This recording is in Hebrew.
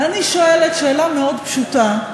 ואני שואלת שאלה מאוד פשוטה,